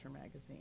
magazine